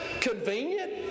convenient